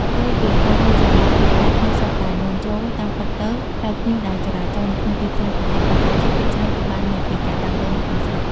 ផ្ទុយពីការយល់ច្រឡំថាផ្លែផ្ញៀវសុទ្ធតែនាំចូល តាមពិតទៅផ្លែផ្ញៀវដែលចរាចរណ៍នៅក្នុងទីផ្សារប្រទេសកម្ពុជាភាគច្រើនគឺបានមកពីការដាំដុះនៅក្នុងស្រុក។